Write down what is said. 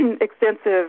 extensive